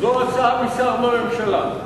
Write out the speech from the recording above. זו הצעה משר בממשלה.